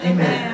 Amen